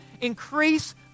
Increase